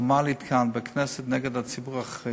שעברנו ואנחנו עוברים הסתה לא נורמלית כאן בכנסת נגד הציבור החרדי,